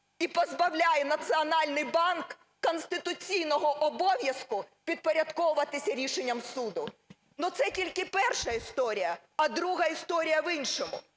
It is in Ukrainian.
і позбавляє Національний банк конституційного обов'язку підпорядковуватися рішенням суду. Це тільки перша історія. А друга історія в іншому.